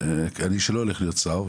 שלא הולך להיות שר,